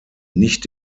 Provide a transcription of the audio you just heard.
nicht